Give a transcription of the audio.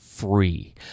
Free